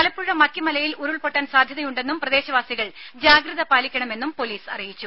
തലപ്പുഴ മക്കിമലയിൽ ഉരുൾപ്പൊട്ടാൻ സാധ്യതയുണ്ടെന്നും പ്രദേശവാസികൾ ജാഗ്രത പാലിക്കണമെന്നും പൊലീസ് അറിയിച്ചു